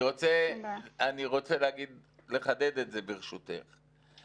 אני רוצה לחדד את זה ברשותך.